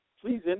please